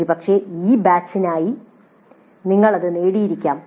ഒരുപക്ഷേ ഈ ബാച്ചിനായി ഞങ്ങൾ അത് നേടിയിരിക്കാം